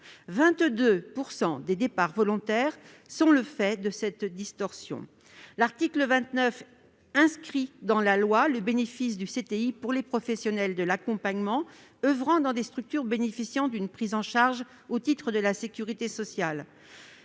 22 % des départs volontaires sont dus à cette distorsion. L'article 29 prévoit d'inscrire dans la loi que les professionnels de l'accompagnement oeuvrant dans des structures bénéficiant d'une prise en charge au titre de la sécurité sociale